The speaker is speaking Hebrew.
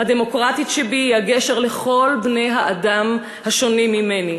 הדמוקרטית שבי היא הגשר לכל בני-האדם השונים ממני: